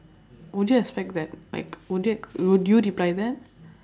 would you expect that like would you e~ would you reply that